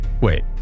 Wait